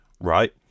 right